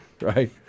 right